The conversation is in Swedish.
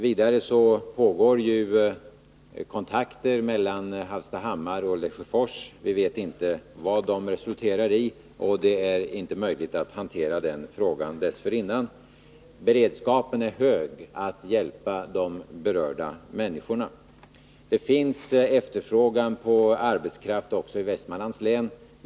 Vidare pågår kontakter mellan Hallstahammar och Lesjöfors. Vi vet ännu inte vad de resulterar i, och det är inte möjligt att hantera den här frågan dessförinnan. Beredskapen för att hjälpa de berörda människorna är hög. Det finns efterfrågan på arbetskraft också i Västmanlands län.